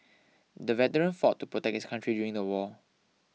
the veteran fought to protect his country during the war